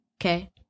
okay